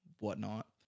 whatnot